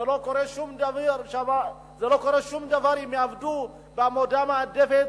לא קורה שום דבר אם יעבדו בעבודה מועדפת,